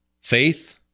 faith